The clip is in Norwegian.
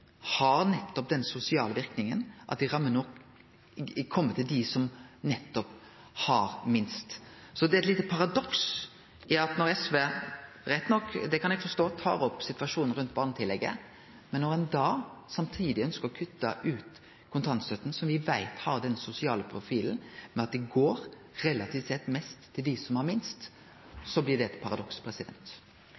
har nettopp den sosiale verknaden at ho går til dei som har minst. Så det er eit lite paradoks at SV – rett nok, det kan eg forstå – tar opp situasjonen rundt barnetillegget samtidig som dei ønskjer å kutte ut kontantstøtta, som me veit har den sosiale profilen at ho går relativt sett mest til dei som har minst.